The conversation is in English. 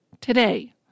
today